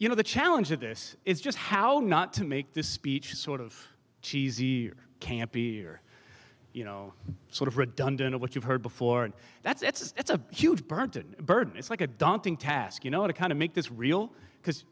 you know the challenge of this is just how not to make this speech sort of cheesy or campy or you know sort of redundant of what you've heard before and that's it's a huge burden burden it's like a daunting task you know to kind of make this real because